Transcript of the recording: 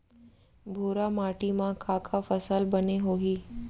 भूरा माटी मा का का फसल बने होही?